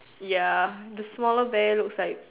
ya the smaller bear looks like